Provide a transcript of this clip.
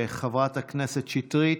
חברת הכנסת שטרית,